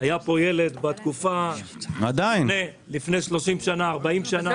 היה פה ילד לפני שלושים-ארבעים שנה,